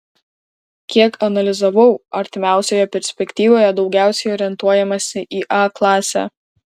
kiek analizavau artimiausioje perspektyvoje daugiausiai orientuojamasi į a klasę